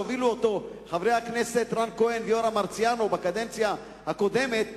שהובילו חברי הכנסת רן כהן ויורם מרציאנו בקדנציה הקודמת.